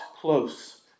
close